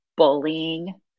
bullying